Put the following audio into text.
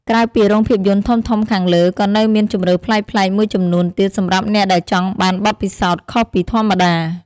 ក្រៅពីរោងភាពយន្តធំៗខាងលើ ក៏នៅមានជម្រើសប្លែកៗមួយចំនួនទៀតសម្រាប់អ្នកដែលចង់បានបទពិសោធន៍ខុសពីធម្មតា។